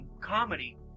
comedy